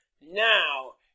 Now